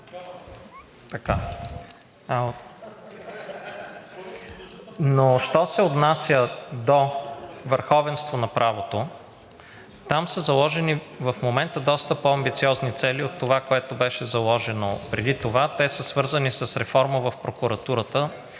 Но що се отнася до върховенство на правото, там са заложени в момента доста по-амбициозни цели от това, което беше заложено преди това. Те са свързани с реформа в прокуратурата